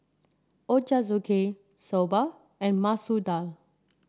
Ochazuke Soba and Masoor Dal